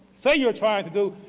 say you're trying to do,